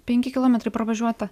penki kilometrai pravažiuota